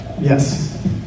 Yes